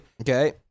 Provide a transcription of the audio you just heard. Okay